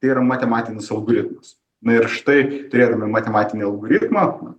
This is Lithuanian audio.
tai yra matematinis algoritmas na ir štai turėdami matematinį algoritmą